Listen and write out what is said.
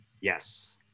Yes